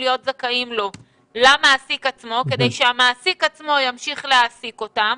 זכאים למעסיק כדי שהמעסיק עצמו ימשיך להעסיק אותם.